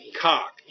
Cock